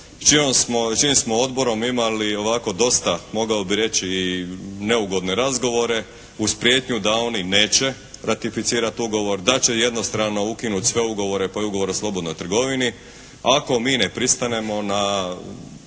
čijim smo odborom imali ovako dosta mogao bih reći i neugodne razgovore uz prijetnju da oni neće ratificirati ugovor, da će jednostrano ukinuti sve ugovore pa i Ugovor o slobodnoj trgovini ako mi ne pristanemo na